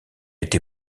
été